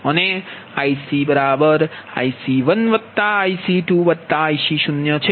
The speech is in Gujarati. તેથી આ 23 જેટલું જ સમીકરણ છે